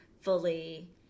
fully